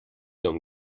liom